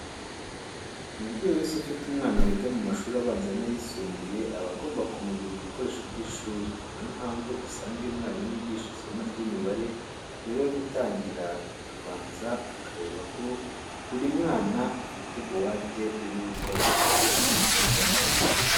Umubyeyi wese ufite umwana wiga mu mashuri abanza n'ayisumbuye aba agomba kumugurira ibikoresho by'ishuri, ni yo mpamvu usanga iyo umwarimu yigisha isomo ry'imibare mbere yo gutangira, abanza akareba ko buri mwana afite buwate irimo ibikoresho byuzuye.